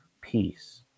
peace